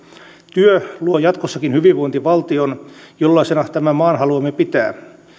työ luo jatkossakin hyvinvointivaltion jollaisena tämän maan haluamme pitää